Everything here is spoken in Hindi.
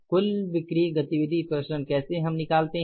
कुल बिक्री गतिविधि प्रसरण कैसे हम इसे निकलते हैं